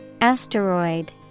Asteroid